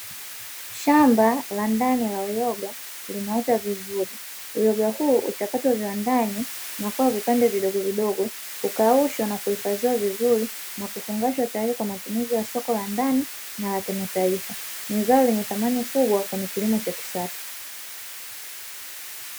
Shamba la ndani la uyoga limeota vizuri, uyoga huu huchakatwa viwandani na kuwa vipande vidogovidogo, hukaushwa na kuihifadhiwa vizuri na kufungashwa tayari kwa matumizi ya soko la ndani na la kimataifa, ni zao lenye thamani kubwa kwenye kilimo cha kisasa.